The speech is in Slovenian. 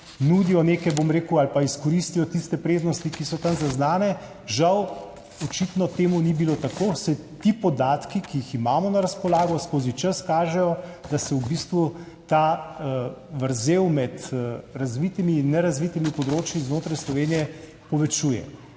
delovnih mest, izkoristijo tiste prednosti, ki so tam zaznane? Žal očitno temu ni bilo tako, saj ti podatki, ki jih imamo na razpolago skozi čas, kažejo, da se v bistvu ta vrzel med razvitimi in nerazvitimi področji znotraj Slovenije povečuje,